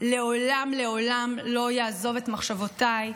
לעולם לעולם לא יעזוב את מחשבותיי,